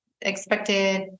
expected